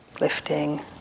lifting